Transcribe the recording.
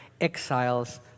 exiles